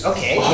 Okay